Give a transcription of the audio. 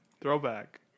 Throwback